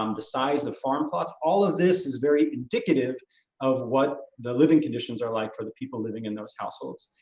um the size of farm plots, all of this is very indicative of what the living conditions are like for the people living in those households.